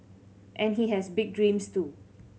and he has big dreams too